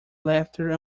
laughter